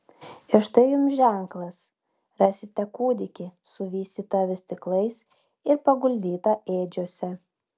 ir štai jums ženklas rasite kūdikį suvystytą vystyklais ir paguldytą ėdžiose